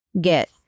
get